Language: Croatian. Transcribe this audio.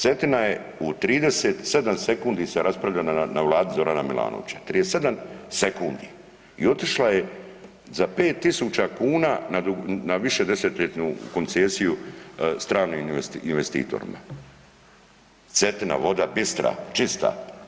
Cetina je u 37 sekundi se raspravljala na Vladi Zorana Milanovića, 37 sekundi i otišla je za 5000 kuna na višedesetljetnu koncesiju stranim investitorima, Cetina voda bistra, čista.